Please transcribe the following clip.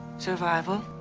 survival.